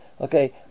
Okay